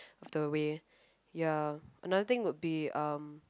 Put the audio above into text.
of the way ya another thing would be um